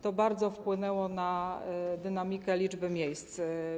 To bardzo wpłynęło na dynamikę liczby miejsc.